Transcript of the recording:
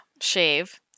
shave